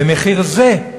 במחיר זה,